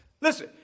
Listen